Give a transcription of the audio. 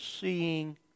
seeing